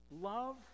Love